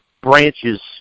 branches